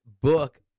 book